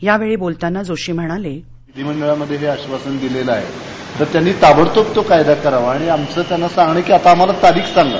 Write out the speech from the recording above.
यावछी बोलताना जोशी म्हणालठ विधिमंडळामध्ये जे आधासन दिलेलं आहे त्यांनी ताबडतोब तो कायदा करावा आणि आमचं त्यांना सांगणं आहे की आता आम्हाला तारीख सांगा